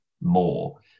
more